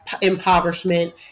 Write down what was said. impoverishment